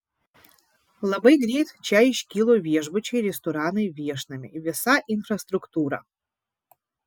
labai greit čia iškilo viešbučiai restoranai viešnamiai visa infrastruktūra